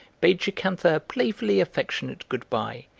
bade jocantha a a playfully affectionate good-bye,